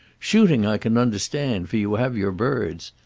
shooting i can understand, for you have your birds.